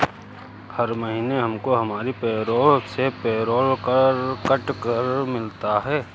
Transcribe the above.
हर महीने हमको हमारी पेरोल से पेरोल कर कट कर मिलता है